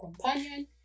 companion